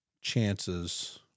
chances